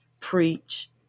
preach